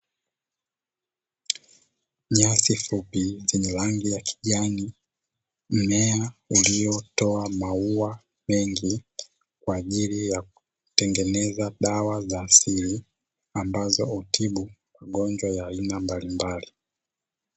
Nyasi fupi zenye rangi ya kijani, mmea uliootoa maua mengi kwa ajili ya kutengeneza dawa za asili, ambazo hutibu magonjwa ya aina mbalimbali.